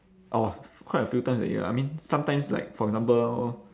orh quite a few times already ah I mean sometimes like for example